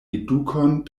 edukon